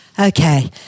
Okay